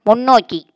முன்னோக்கி